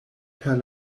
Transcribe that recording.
per